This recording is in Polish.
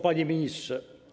Panie Ministrze!